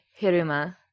hiruma